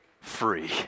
free